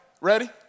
Ready